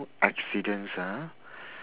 accidents ah